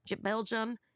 Belgium